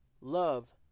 love